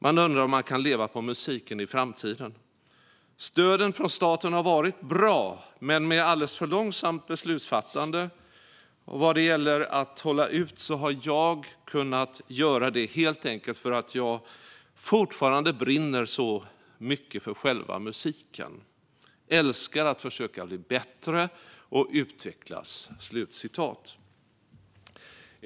Man undrar om man kan leva på musiken i framtiden? Stöden ifrån staten har varit bra, men med alldeles för långsamt beslutsfattande. Vad det gäller att hålla ut så har jag kunnat göra det, helt enkelt för att jag fortfarande brinner så mycket för själva musiken. Älskar att försöka bli bättre och utvecklas."